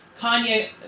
Kanye